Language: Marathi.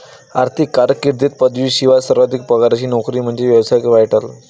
आर्थिक कारकीर्दीत पदवीशिवाय सर्वाधिक पगाराची नोकरी म्हणजे व्यावसायिक पायलट